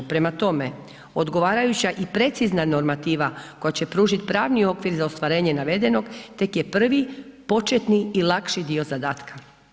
Prema tome, odgovarajuća i precizna normativa koja će pružit pravni okvir za ostvarenje navedenog tek je prvi početni i lakši dio zadatka.